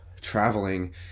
traveling